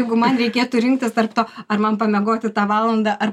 jeigu man reikėtų rinktis tarp to ar man pamiegoti tą valandą ar